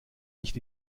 nicht